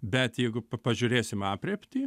bet jeigu pažiūrėsim aprėptį